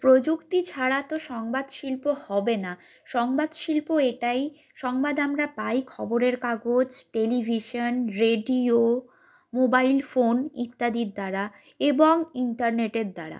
প্রযুক্তি ছাড়া তো সংবাদ শিল্প হবে না সংবাদ শিল্প এটাই সংবাদ আমরা পাই খবরের কাগজ টেলিভিশন রেডিও মোবাইল ফোন ইত্যাদির দ্বারা এবং ইন্টারনেটের দ্বারা